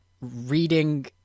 reading